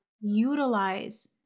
utilize